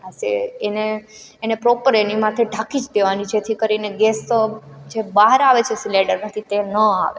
હશે એને એને પ્રોપર એની માથે ઢાંકી જ દેવાની જેથી કરીને ગેસ જે બહાર આવે છે સિલેન્ડરમાંથી તે ન આવે